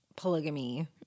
polygamy